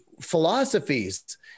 philosophies